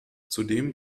zudem